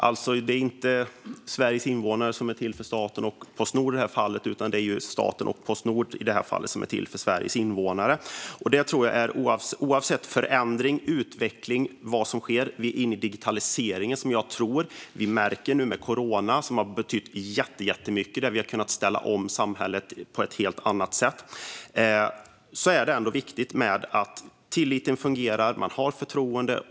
Det är inte Sveriges invånare som är till för staten och, i detta fall, Postnord, utan det är staten och, i detta fall, Postnord som är till för Sveriges invånare. Detta tror jag, oavsett vilken förändring eller utveckling som sker. Vi är inne i digitaliseringen. Vi märker nu, med corona, att den har betytt jättemycket. Vi har kunnat ställa om samhället på ett helt annat sätt. Det är ändå viktigt att tilliten finns och att man har förtroende.